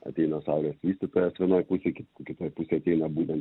ateina saulės vystytojas vienoj pusėj ki kitoj pusėj ateina būtent